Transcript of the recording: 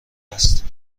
است